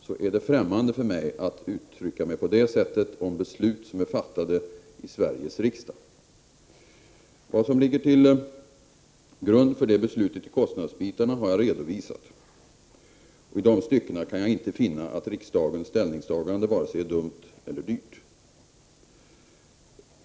Det är främmande för mig att uttrycka mig på det sättet om beslut som är fattade i Sveriges riksdag. Vad som ligger till grund för det beslutet i kostnadsavseende har jag redovisat, och i de styckena kan jag inte finna att riksdagens ställningstagande är vare sig dumt eller dyrt.